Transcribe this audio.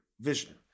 vision